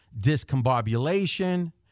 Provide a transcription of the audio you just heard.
discombobulation